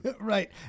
right